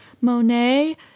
Monet